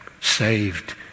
saved